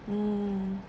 mm